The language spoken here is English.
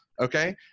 Okay